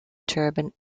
turbine